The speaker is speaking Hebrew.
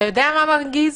יודע מה מרגז?